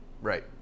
Right